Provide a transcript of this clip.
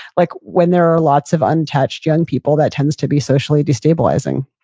like when there are lots of untouched young people that tends to be socially destabilizing